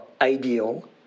ideal